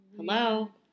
hello